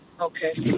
Okay